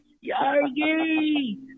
Yogi